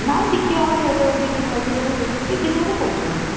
ନାହିଁ ଟିକେ ଆଉ ଲେଟ୍ ହେବ ଦୁଇ ଦିନ ଅଛି ଆଉ ଦୁଇ ଦିନ ଗଲେ ସରିଯିବ